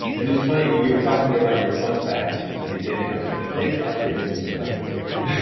and it was funny when you were talking about your fun fact in the beginning, i was thinking dave asprey doesn't use a microwave. what is